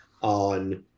on